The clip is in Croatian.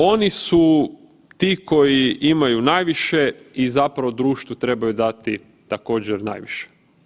Oni su ti koji imaju najviše i zapravo društvu trebaju dati također, najviše.